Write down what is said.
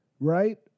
Right